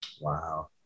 Wow